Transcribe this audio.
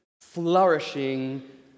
flourishing